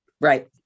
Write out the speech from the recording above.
Right